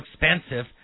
expensive